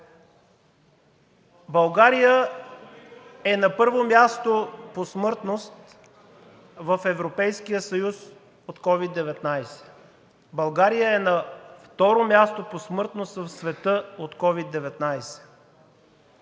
България е на първо място по смъртност в Европейския съюз от COVID-19. България е на второ място по смъртност в света от COVID-19.